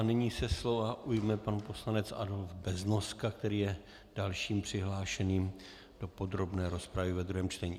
Nyní se slova ujme pan poslanec Adolf Beznoska, který je dalším přihlášeným do podrobné rozpravy ve druhém čtení.